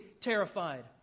terrified